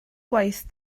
gwaith